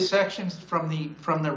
sections from the from the